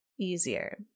easier